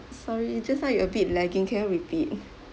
sorry just now you a bit lagging can you repeat